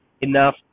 enough